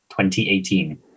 2018